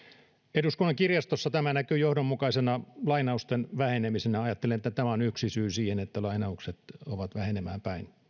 eduskunnan kirjastossa tämä näkyy johdonmukaisena lainausten vähenemisenä ajattelen että tämä on yksi syy siihen että kirjojen lainaukset ovat vähenemään päin